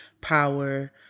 power